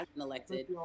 elected